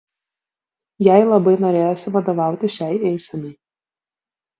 jai labai norėjosi vadovauti šiai eisenai